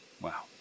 Wow